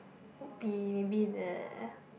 okay maybe the